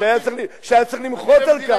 שהיה צריך למחות על כך,